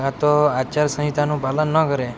કાં તો આચારસંહિતાનું પાલન ન કરે